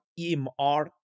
EMR